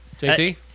JT